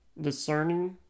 discerning